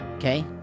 Okay